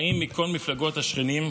באים מכל מפלגות השכנים,